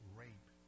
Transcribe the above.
rape